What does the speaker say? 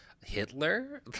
Hitler